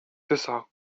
تسعة